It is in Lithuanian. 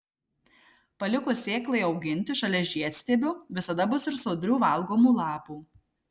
palikus sėklai auginti šalia žiedstiebių visada bus ir sodrių valgomų lapų